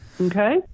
Okay